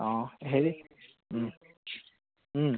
অঁ হেৰি